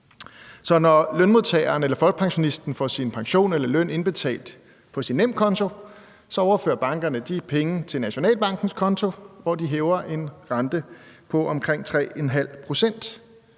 når lønmodtageren eller folkepensionisten får sin pension eller løn indbetalt på sin NemKonto, overfører bankerne de penge til Nationalbankens konto, hvor de hæver en rente på omkring 3½ pct.